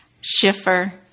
Schiffer